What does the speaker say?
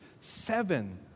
seven